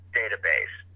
database